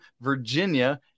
Virginia